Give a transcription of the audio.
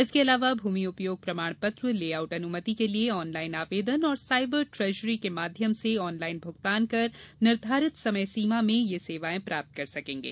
इसके अलावा भूमि उपयोग प्रमाणपत्र लेआउट अनुमंति के लिये आनलाइन आवेदन और साइबर ट्रेजरी के माध्यम से आनलाइन भुगतान कर निर्घोरित समय सीमा में यह सेवाएं प्राप्त कर सकेंगे